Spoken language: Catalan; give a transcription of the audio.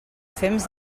fems